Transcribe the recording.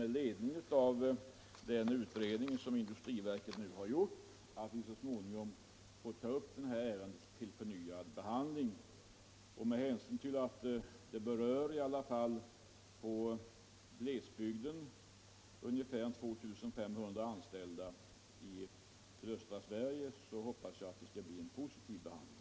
Den utredning som industriverket har gjort torde medföra att ärendet så småningom tas upp till förnyad behandling. Med hänsyn till att frågan berör 2 500 anställda i sydöstra Sveriges glesbygd hoppas jag att det blir en positiv behandling.